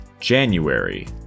January